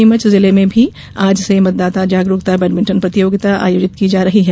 नीमच जिले में भी आज से मतदाता जागरूकता बैडमिटन प्रतियोगिता आयोजित की जा रही है